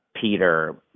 Peter